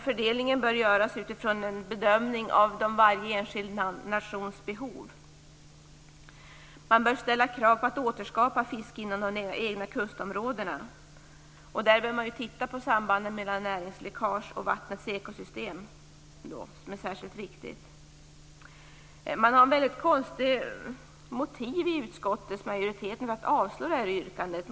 Fördelningen bör i stället göras utifrån en bedömning av varje enskild nations behov. Man bör ställa krav på att återskapa fiske inom de egna kustområdena. Man bör titta på sambandet mellan näringsläckage och vattnets ekosystem, som är särskilt viktigt. Utskottsmajoriteten har ett väldigt konstigt motiv för att avslå yrkandet.